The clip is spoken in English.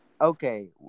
Okay